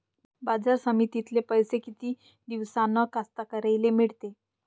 बाजार समितीतले पैशे किती दिवसानं कास्तकाराइले मिळते?